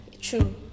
True